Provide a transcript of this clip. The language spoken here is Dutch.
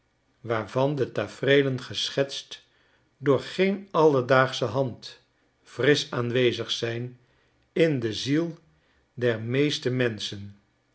waarvan de tafereelen geschetst door geen alledaagsche hand frisch aanwezig zijn in de ziel der meeste menschen